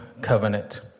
covenant